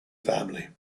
family